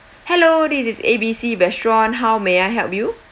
hello this is A B C restaurant how may I help you